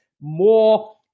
more